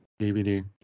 dvd